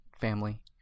family